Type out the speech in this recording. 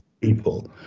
people